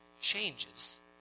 changes